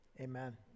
amen